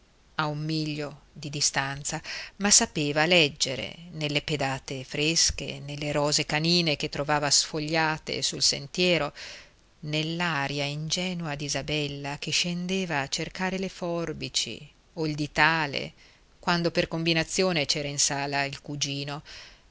a un miglio di distanza ma sapeva leggere nelle pedate fresche nelle rose canine che trovava sfogliate sul sentiero nell'aria ingenua di isabella che scendeva a cercare le forbici o il ditale quando per combinazione c'era in sala il cugino